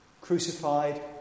Crucified